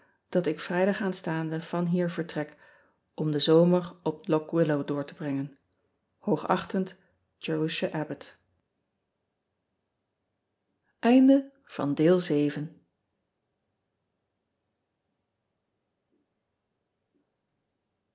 dat ik rijdag a s van hier vertrek om den zomer op ock illow door te brengen oogachtend